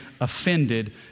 offended